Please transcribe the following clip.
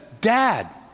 Dad